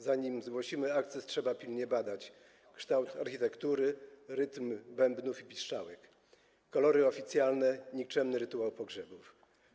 Zanim zgłosimy akces trzeba pilnie badać/ kształt architektury rytm bębnów i piszczałek/ kolory oficjalne nikczemny rytuał pogrzebów”